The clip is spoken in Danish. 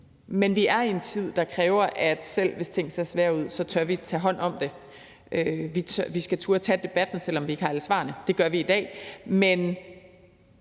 Men vi er i en tid, der kræver, at selv hvis ting ser svære ud, skal vi turde tage hånd om det. Vi skal turde tage debatten, selv om vi ikke har alle svarene. Det gør vi i dag.